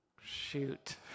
Shoot